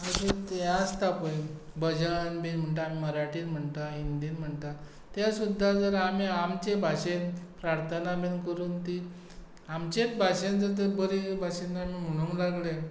हें आसता पळय भजन बीन म्हणटा आमी मराठीन म्हणटा हिंदीन म्हणटा तें सुद्दां जर आमी आमचे भाशेन प्रार्थना बीन करून ती आमचेच भाशेन जर तर ती बरे भाशेन आमी म्हणूंक लागले